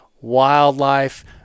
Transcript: wildlife